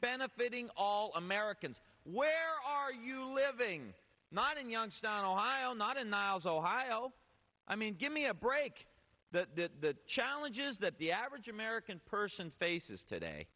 benefiting all americans where are you living not in youngstown ohio not in niles ohio i mean give me a break the challenges that the average american person faces today